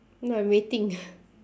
no I'm waiting